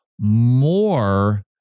more